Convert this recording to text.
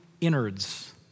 innards